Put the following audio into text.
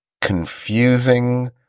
confusing